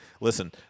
Listen